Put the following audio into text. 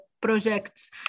projects